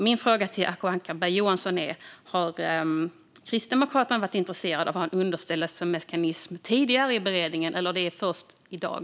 Min fråga till Acko Ankarberg Johansson är därför: Har Kristdemokraterna varit intresserade av att ha en underställandemekanism tidigare i beredningen, eller är ni det först i dag?